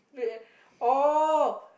wait oh